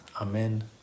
Amen